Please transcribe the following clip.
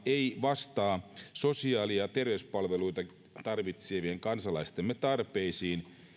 ei vastaa sosiaali ja terveyspalveluita tarvitsevien kansalaistemme tarpeisiin